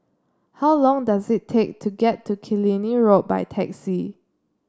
how long does it take to get to Killiney Road by taxi